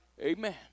Amen